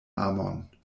amon